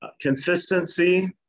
Consistency